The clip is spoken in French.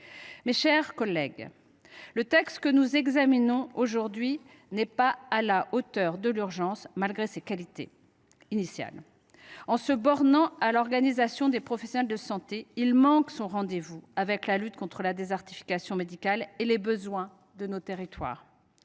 Mes chers collègues, le texte que nous examinons aujourd’hui n’est pas à la hauteur de l’urgence, malgré ses qualités initiales. En se bornant à l’organisation des professionnels de santé, il manque son rendez vous avec la lutte contre la désertification médicale et les besoins de nos territoires.